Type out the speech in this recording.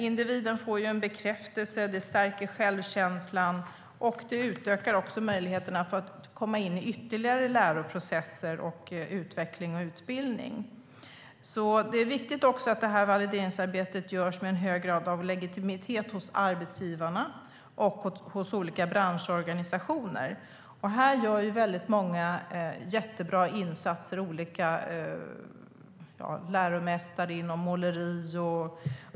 Individen får en bekräftelse, och det stärker självkänslan och utökar möjligheterna att komma in i ytterligare läroprocesser, utveckling och utbildning. Det är också viktigt att valideringsarbetet görs med en hög grad av legitimitet hos arbetsgivarna och hos olika branschorganisationer. Här görs väldigt många jättebra insatser, som olika läromästare inom måleri.